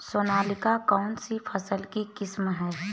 सोनालिका कौनसी फसल की किस्म है?